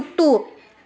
two